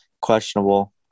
questionable